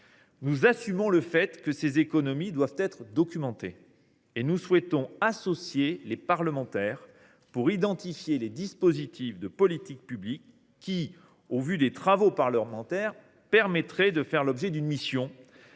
Nous assumons le fait que ces économies doivent être documentées. Et nous souhaitons associer les parlementaires pour identifier les dispositifs de politique publique, qui, au vu des travaux parlementaires, mériteraient de faire l’objet d’une mission